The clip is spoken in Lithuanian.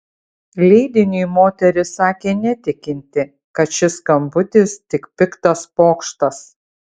leidiniui moteris sakė netikinti kad šis skambutis tik piktas pokštas